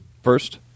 first